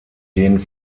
den